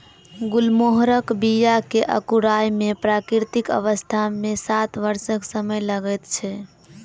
गुलमोहरक बीया के अंकुराय मे प्राकृतिक अवस्था मे सात वर्षक समय लगैत छै